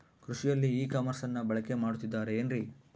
ಕೃಷಿಯಲ್ಲಿ ಇ ಕಾಮರ್ಸನ್ನ ಬಳಕೆ ಮಾಡುತ್ತಿದ್ದಾರೆ ಏನ್ರಿ?